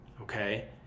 Okay